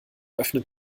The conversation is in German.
öffnet